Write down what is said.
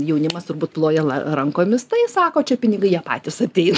jaunimas turbūt ploja la rankomis tai sako čia pinigai jie patys ateina